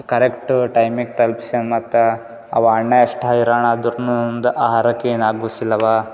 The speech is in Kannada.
ಕರೆಕ್ಟ್ ಟೈಮಿಗೆ ತಲಪ್ಸೊನು ಮತ್ತು ಅವ ಅಣ್ಣ ಅಷ್ಟು ಹೈರಾಣಾದ್ರು ನಮ್ದು ಆಹಾರಕ್ಕೆ ಏನು ಆಗ್ಬಸಿಲ್ಲವ